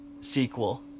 sequel